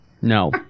No